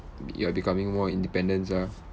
you are becoming more independence ah